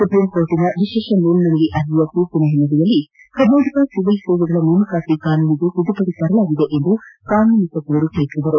ಸುಪ್ರೀಂಕೋರ್ಟ್ನ ವಿಶೇಷ ಮೇಲ್ಮನವಿ ಅರ್ಜಿಯ ತೀರ್ಪಿನ ಹಿನ್ನೆಲೆಯಲ್ಲಿ ಕರ್ನಾಟಕ ಸಿವಿಲ್ ಸೇವೆಗಳ ನೇಮಕಾತಿ ಕಾನೂನಿಗೆ ತಿದ್ದುಪಡಿ ತರಲಾಗಿದೆ ಎಂದು ಕಾನೂನು ಸಚಿವರು ತಿಳಿಸಿದರು